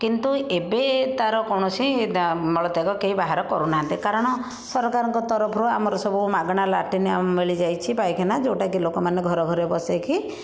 କିନ୍ତୁ ଏବେ ତାର କୌଣସି ଦା ମଳତ୍ୟାଗ କେହି ବାହାରେ କରୁନାହାନ୍ତି କାରଣ ସରକାରଙ୍କ ତରଫରୁ ଆମର ସବୁ ମାଗଣା ଲାଟ୍ରିନ୍ ମିଲିଯାଇଛି ପାଇଖାନା ଯେଉଁଟାକି ଲୋକମାନେ ଘରେ ଘରେ ବସେଇକି